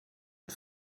und